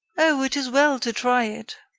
oh it is well to try it.